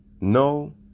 No